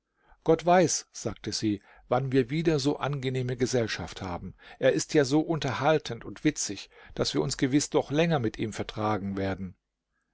gott weiß sagte sie wann wir wieder so angenehme gesellschaft haben er ist ja so unterhaltend und witzig daß wir uns gewiß noch länger mit ihm vertragen werden